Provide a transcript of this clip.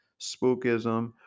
spookism